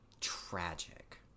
tragic